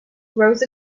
rose